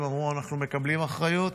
אמרו: אנחנו מקבלים אחריות.